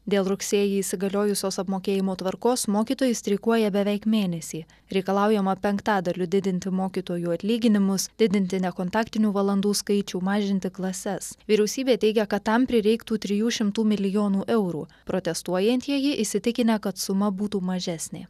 dėl rugsėjį įsigaliojusios apmokėjimo tvarkos mokytojai streikuoja beveik mėnesį reikalaujama penktadaliu didinti mokytojų atlyginimus didinti nekontaktinių valandų skaičių mažinti klases vyriausybė teigia kad tam prireiktų trijų šimtų milijonų eurų protestuojantieji įsitikinę kad suma būtų mažesnė